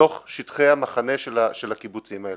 בתוך שטחי המחנה של הקיבוצים האלה,